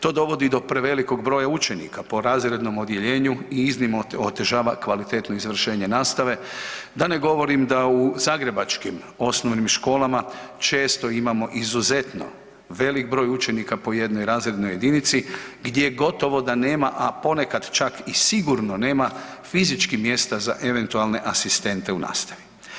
To dovodi do prevelikog broja učenika po razrednom odjeljenju i iznimno otežava kvalitetu izvršenja nastave, da ne govorim da u zagrebačkim osnovnim školama često imamo izuzetno velik broj učenika po jednoj razrednoj jedinici gdje gotovo da nema a ponekad čak i sigurno nema fizički mjesta za eventualne asistente u nastavi.